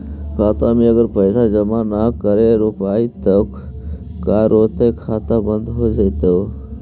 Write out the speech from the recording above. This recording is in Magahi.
खाता मे अगर पैसा जमा न कर रोपबै त का होतै खाता बन्द हो जैतै?